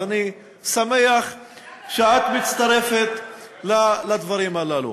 אז אני שמח את מצטרפת לדברים הללו.